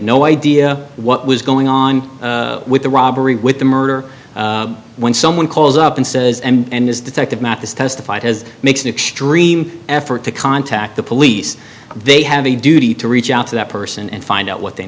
no idea what was going on with the robbery with the murder when someone calls up and says and this detective mathis testified as makes an extreme effort to contact the police they have a duty to reach out to that person and find out what they